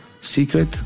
secret